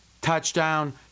touchdown